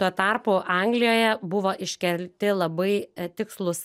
tuo tarpu anglijoje buvo iškelti labai tikslūs